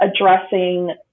addressing